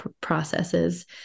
processes